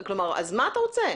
אז מה אתה רוצה?